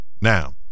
now